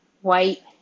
white